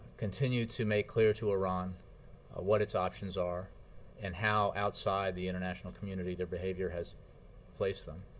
continue to make clear to iran what its options are and how outside the international community their behavior has placed them,